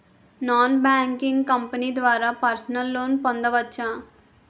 Non banking company ద్వారా personal loan పొందవచ్చా?